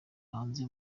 hanze